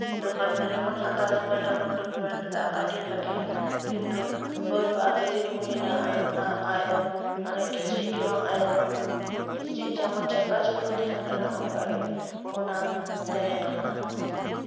ᱫᱚᱠᱟᱱ ᱨᱮ ᱡᱚᱠᱷᱚᱱ ᱦᱟᱛᱟᱣ ᱥᱚᱢᱚᱭ ᱛᱚᱠᱷᱚᱱ ᱫᱚᱠᱚ ᱢᱮᱱᱫᱟ ᱟᱹᱰᱤ ᱵᱷᱟᱹᱜᱤᱭᱟ ᱠᱤᱱᱛᱩ ᱳᱭ ᱵᱟᱨ ᱯᱮ ᱫᱤᱱ ᱦᱩᱭᱮᱱᱟ ᱚᱱᱟ ᱟᱭᱨᱚᱱ ᱠᱤᱪᱨᱤᱡᱽ ᱜᱮᱵᱟᱝ ᱟᱭᱨᱚᱱᱚᱜ ᱠᱟᱱᱟ ᱠᱤᱪᱨᱤᱡᱽ ᱡᱮᱢᱚᱱ ᱪᱟᱠᱲᱟ ᱪᱚᱠᱲᱚ ᱛᱟᱦᱮᱱ ᱠᱟᱱᱟ ᱚᱱᱠᱟᱜᱮ ᱚᱱᱟ ᱛᱟᱦᱮᱱ ᱠᱟᱱᱟ